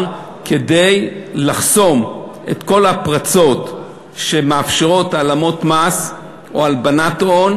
כדי לחסום את כל הפרצות שמאפשרות העלמות מס או הלבנת הון,